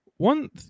One